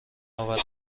آورم